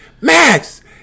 Max